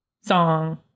song